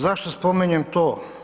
Zašto spominjem to?